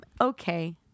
okay